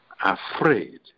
afraid